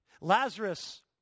Lazarus